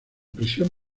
prisión